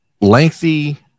lengthy